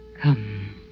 Come